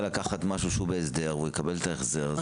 לקחת משהו בהסדר הוא יקבל את ההחזר.